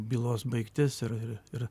bylos baigtis ir ir ir